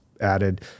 added